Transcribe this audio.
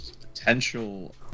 potential